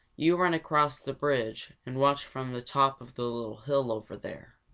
you run across the bridge and watch from the top of the little hill over there.